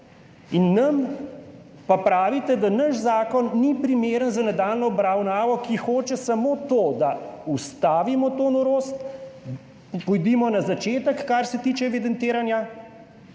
nam pa pravite, da naš zakon ni primeren za nadaljnjo obravnavo, ki hoče samo to, da ustavimo to norost. Pojdimo na začetek, kar se tiče evidentiranja,